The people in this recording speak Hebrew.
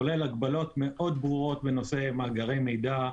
כולל הגבלות מאוד ברורות בנושא מאגרי מידע.